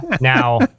Now